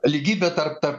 lygybė tarp tarp